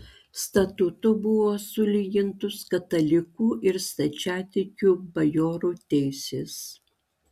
statutu buvo sulygintos katalikų ir stačiatikių bajorų teisės